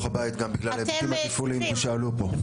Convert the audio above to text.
הבית גם בגלל ההיבטים התפעוליים ששאלו פה.